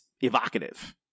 evocative